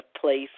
place